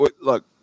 Look